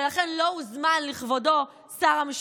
ולכן לא הוזמן לכבודו שר המשפטים.